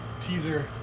Teaser